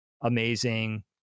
amazing